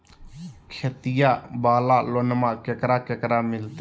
खेतिया वाला लोनमा केकरा केकरा मिलते?